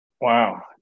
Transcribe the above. Wow